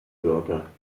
wörter